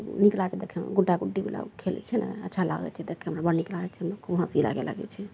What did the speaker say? नीक लागय छै देखयमे गुड्डा गुड्डीवला ओ खेलय छै ने अच्छा लागय छै देखयमे हमरा बड़ नीक लागय छै खूब हँसी लागऽ लागय छै